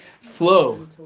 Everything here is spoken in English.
flow